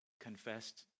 confessed